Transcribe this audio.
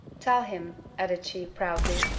tell him, added she, proudly,